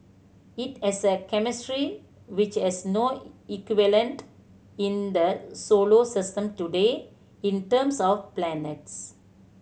it has a chemistry which has no equivalent in the solar system today in terms of planets